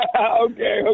Okay